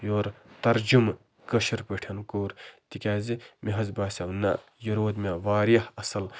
یورٕ ترجمہٕ کٲشِر پٲٹھۍ کوٚر تِکیٛازِ مےٚ حظ باسیٚو نہ یہِ روٗد مےٚ واریاہ اَصٕل